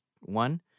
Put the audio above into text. one